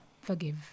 forgive